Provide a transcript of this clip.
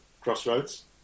Crossroads